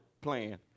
plan